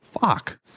Fuck